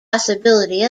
possibility